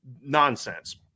nonsense